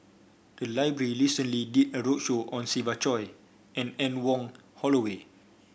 the library recently did a roadshow on Siva Choy and Anne Wong Holloway